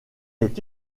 est